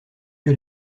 que